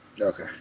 Okay